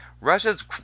Russia's